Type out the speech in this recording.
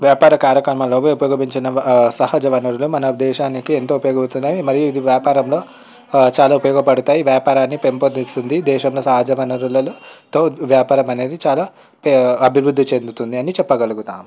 వ్యాపార కార్యక్రమాలలో ఉపయోగించిన సహజ వనరులను మన దేశానికి ఎంతో ఉపయోగపడుతుందని మరియు ఇది వ్యాపారంలో చాలా ఉపయోగపడతాయి వ్యాపారాన్ని పెంపొందిస్తుంది దేశంలో సహజ వనరులతో వ్యాపారం అనేది చాలా అభివృద్ధి చెందుతుంది అని చెప్పగలుగుతాం